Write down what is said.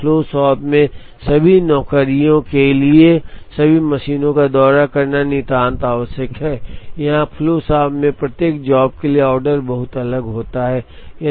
जबकि एक flow shop में सभी नौकरियों के लिए सभी मशीनों का दौरा करना नितांत आवश्यक है यहां फ्लो शॉप में प्रत्येक जॉब के लिए ऑर्डर बहुत अलग होता है